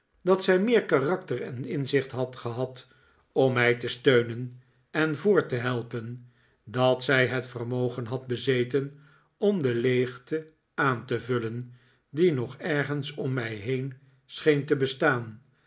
dat zij meer karakter en inzicht had gehad om mij te steunen en voort te helpen dat zij het vermogen had bezeten om de leegte aan te vullen die nog ergens om mij heen scheen te bestaan